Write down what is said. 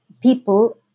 people